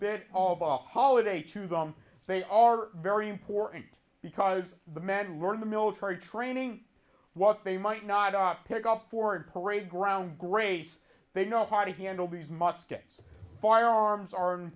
bit of a holiday to them they are very important because the men were in the military training what they might not pick up for and parade ground grace they know how to handle these muskets firearms